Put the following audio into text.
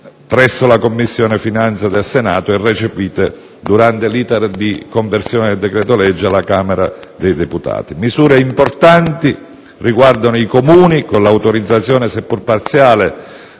presso la Commissione finanze del Senato e recepite durante l'*iter* di conversione del decreto-legge alla Camera dei deputati. Misure importanti riguardano i Comuni (con l'autorizzazione - seppur parziale